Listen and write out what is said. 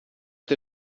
der